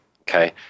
Okay